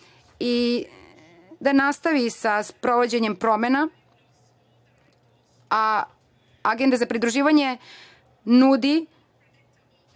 i da nastavi sa sprovođenjem promena, a agenda za pridruživanje nudi